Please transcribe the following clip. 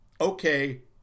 Okay